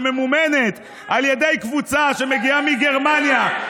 שממומנת על ידי קבוצה שמגיעה מגרמניה.